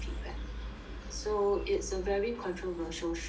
so it's a very controversial show